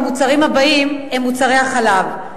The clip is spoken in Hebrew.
והמוצרים הבאים הם מוצרי החלב,